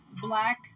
black